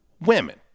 women